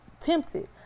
tempted